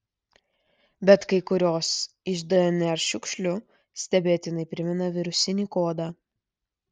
bet kai kurios iš dnr šiukšlių stebėtinai primena virusinį kodą